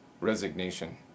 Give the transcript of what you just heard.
resignation